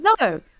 no